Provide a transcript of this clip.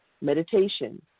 meditation